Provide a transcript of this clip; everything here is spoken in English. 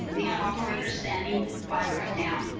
we have operators standing by right now.